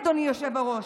אדוני היושב-ראש,